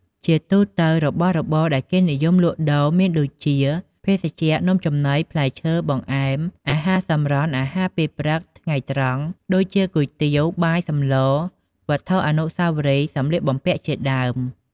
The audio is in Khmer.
ជាទូទៅ របស់របរដែលគេនិយមលក់ដូរមានដូចជា ភេសជ្ជៈ នំចំណី ផ្លែឈើ បង្អែម អាហារសម្រន់ អាហារពេលព្រឹក ថ្ងៃត្រង់ ដូចជាគុយទាវ បាយសម្ល វត្ថុអនុស្សាវរីយ៍ សំលៀកបំពាក់ជាដើម។